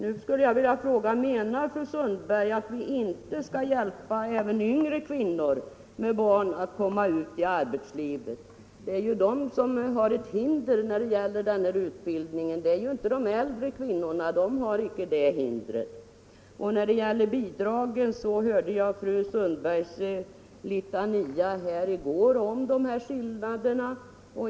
Nu skulle jag vilja fråga: Menar fru Sundberg att vi inte skall hjälpa även unga kvinnor med barn att komma ut i arbetslivet? Det är ju dessa kvinnor som har ett hinder när det gäller denna utbildning. Äldre kvinnor har inte det hindret. Beträffande bidragen så hörde jag fru Sundbergs litania här i går om dessa skillnader.